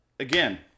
Again